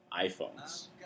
iPhones